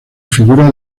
figura